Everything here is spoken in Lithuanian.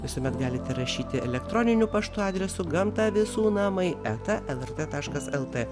visuomet galite rašyti elektroniniu paštu adresu gamta visų namai eta lrt taškas lt